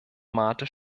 mate